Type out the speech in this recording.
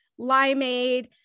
limeade